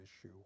issue